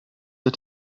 der